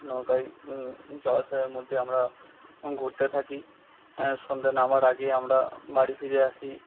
নৌকায় জলাশয়ের মধ্যে আমরা ঘুরতে থাকি সন্ধে নামার আগে আমরা বাড়ি ফিরে আসি